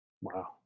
wow